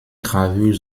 gravures